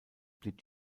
blieb